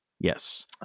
Yes